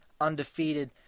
undefeated